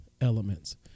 elements